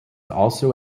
also